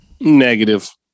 Negative